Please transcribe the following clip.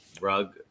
rug